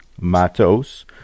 Matos